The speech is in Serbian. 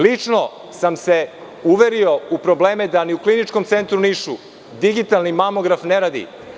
Lično sam se uverio u probleme, da ni u Kliničkom centru u Nišu digitalni mamograf ne radi.